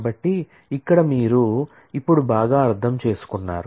కాబట్టి ఇక్కడ మీరు ఇప్పుడు బాగా అర్థం చేసుకున్నారు